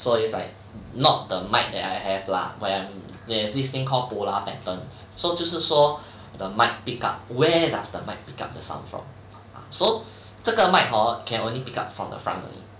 so it's like not the mic that I have lah when there's this thing called polar patterns so 就是说 the mic pick up where does the mic pick up the sound from so 这个 mic hor can only pick up from the front only